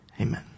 amen